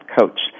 coach